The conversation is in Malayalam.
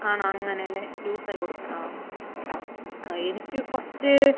ആണോ അങ്ങനെ അല്ലെ ലൂസ് ആയി കൊടുക്കുക ആ ആ എനിക്ക് കുറച്ച്